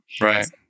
Right